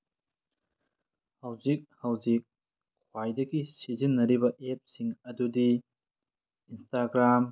ꯍꯧꯖꯤꯛ ꯍꯧꯖꯤꯛ ꯈ꯭ꯋꯥꯏꯗꯒꯤ ꯁꯤꯖꯤꯟꯅꯔꯤꯕ ꯑꯦꯞꯁꯤꯡ ꯑꯗꯨꯗꯤ ꯏꯟꯁꯇꯥꯒ꯭ꯔꯥꯝ